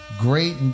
great